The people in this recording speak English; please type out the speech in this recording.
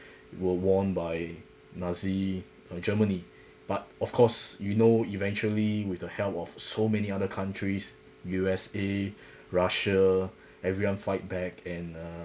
were won by nazi germany but of course you know eventually with the help of so many other countries U_S_A russia everyone fight back and uh